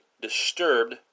disturbed